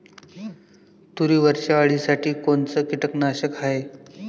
तुरीवरच्या अळीसाठी कोनतं कीटकनाशक हाये?